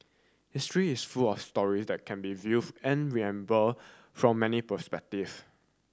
history is full of story that can be viewed and remember from many perspective